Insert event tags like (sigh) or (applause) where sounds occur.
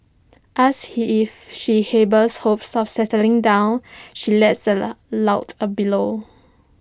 asked he if she harbours hopes of settling down she lets (unintelligible) out A loud bellow